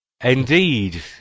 Indeed